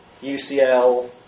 UCL